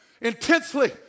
intensely